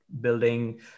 building